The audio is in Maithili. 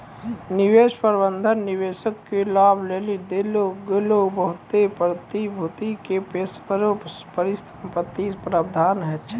निवेश प्रबंधन निवेशक के लाभ लेली देलो गेलो बहुते प्रतिभूति के पेशेबर परिसंपत्ति प्रबंधन छै